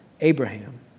Abraham